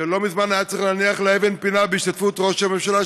שלא מזמן היה צריך להניח לה אבן פינה בהשתתפות ראש הממשלה,